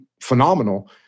phenomenal